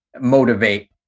motivate